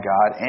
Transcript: God